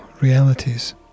realities